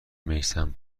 میثم